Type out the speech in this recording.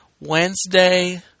Wednesday